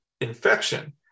infection